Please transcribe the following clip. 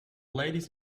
ladies